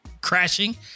crashing